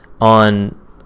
on